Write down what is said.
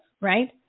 right